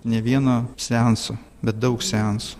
ne vieno seanso bet daug seansų